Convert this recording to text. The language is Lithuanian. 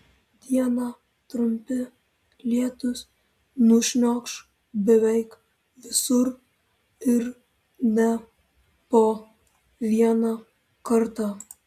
dieną trumpi lietūs nušniokš beveik visur ir ne po vieną kartą